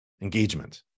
Engagement